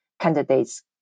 candidates